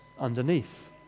underneath